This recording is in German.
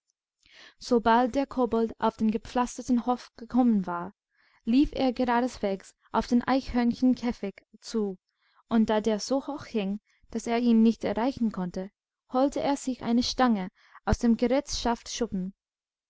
sobald der kobold auf den gepflasterten hof gekommen war lief er geradeswegsaufdeneichhörnchenkäfigzu unddadersohochhing daßer ihn nicht erreichen konnte holte er sich eine stange aus dem gerätschaftsschuppen